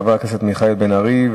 חבר הכנסת מיכאל בן-ארי,